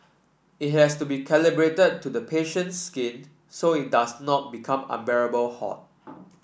it has to be calibrated to the patient's skin so it does not become unbearably hot